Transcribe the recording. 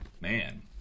Man